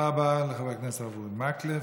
תודה רבה לחבר הכנסת הרב אורי מקלב.